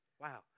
Wow